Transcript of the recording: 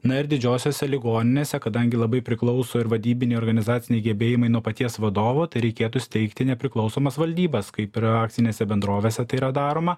na ir didžiosiose ligoninėse kadangi labai priklauso ir vadybiniai organizaciniai gebėjimai nuo paties vadovo tai reikėtų steigti nepriklausomas valdybas kaip ir akcinėse bendrovėse tai yra daroma